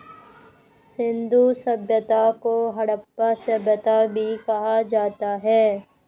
सिंधु सभ्यता को हड़प्पा सभ्यता भी कहा जाता है